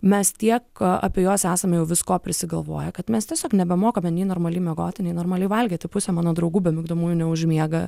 mes tiek apie juos esame jau visko prisigalvoję kad mes tiesiog nebemokame nei normaliai miegoti nei normaliai valgyti pusė mano draugų be migdomųjų neužmiega